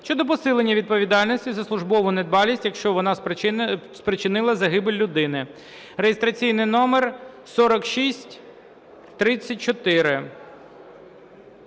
щодо посилення відповідальності за службову недбалість, якщо вона спричинила загибель людини (реєстраційний номер 4634).